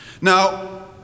Now